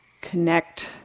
connect